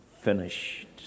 finished